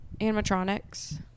animatronics